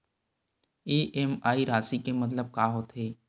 EMI राशि के मतलब का होथे?